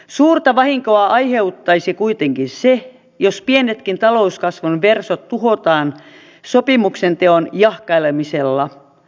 suurta vahinkoa aiheuttaisi kuitenkin se jos pienetkin talouskasvun versot tuhotaan sopimuksen teon jahkailemisella